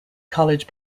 college